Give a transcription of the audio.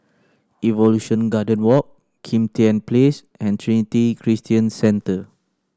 Evolution Garden Walk Kim Tian Place and Trinity Christian Centre